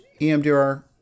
EMDR